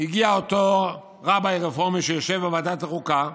הגיע אותו רבי רפורמי שיושב בוועדת החוקה,